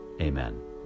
Amen